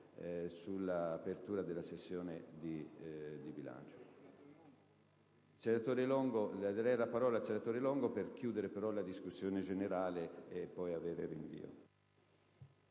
sull'apertura della sessione di bilancio.